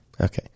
Okay